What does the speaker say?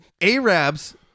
Arabs